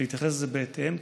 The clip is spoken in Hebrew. להתייחס לזה בהתאם.